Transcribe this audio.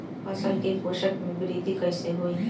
फसल के पोषक में वृद्धि कइसे होई?